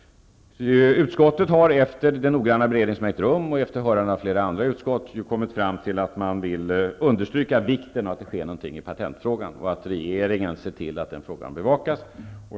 Utskottet har efter den noggranna beredning som har ägt rum och efter hörande av flera andra utskott kommit fram till att man vill understryka vikten av att det sker något i patentfrågan och att regeringen ser till att den frågan bevakas.